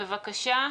בבקשה.